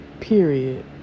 Period